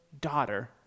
daughter